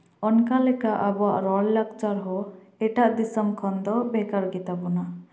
ᱚᱱᱠᱟ ᱞᱮᱠᱟ ᱟᱵᱚᱣᱟᱜ ᱨᱚᱲ ᱞᱟᱠᱪᱟᱨ ᱦᱚᱸ ᱮᱴᱟᱜ ᱫᱤᱥᱚᱢ ᱠᱷᱚᱱ ᱫᱚ ᱵᱷᱮᱜᱟᱨ ᱜᱮᱛᱟ ᱵᱚᱱᱟ